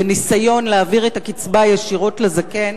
בניסיון להעביר את הקצבה ישירות לזקן.